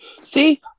See